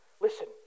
Listen